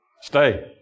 Stay